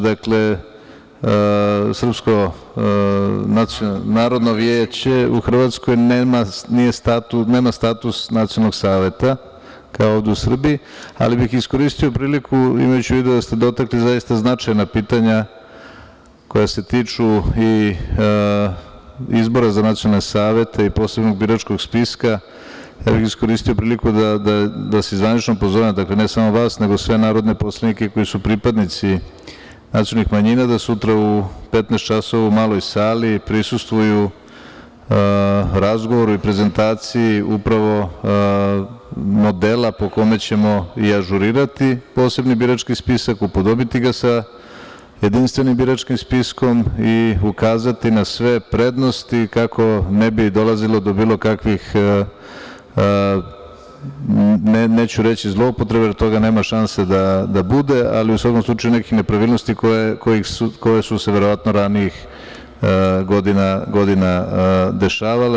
Dakle, Srpsko narodno vijeće u Hrvatskoj nema status nacionalnog saveta, kao ovde u Srbiji, ali bih iskoristio priliku, imajući u vidu da ste dotakli zaista značajna pitanja koja se tiču i izbora za nacionalne savete i posebnog biračkog spiska, da vas zvanično pozovem, dakle nema samo vas, nego sve narodne poslanike koji su pripadnici nacionalnih manjina, da sutra u 15.00 časova u Maloj sali prisustvuju razgovoru i prezentaciji modela po kome ćemo i ažurirati posebni birački spisak, upodobiti ga sa jedinstvenim biračkim spiskom i ukazati na sve prednosti kako ne bi dolazilo do bilo kakvih, neću reći zloupotreba jer nema šanse da toga bude, ali u svakom slučaju nekih nepravilnosti koje su se verovatno ranijih godina dešavale.